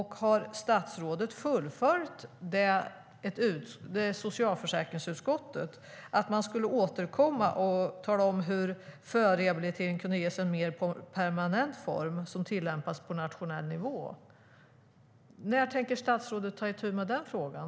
Har statsrådet fullföljt det socialförsäkringsutskottet sade, som var att man skulle återkomma och tala om hur förrehabilitering kunde ges en mer permanent form, som tillämpas på nationell nivå? När tänker statsrådet ta itu med den frågan?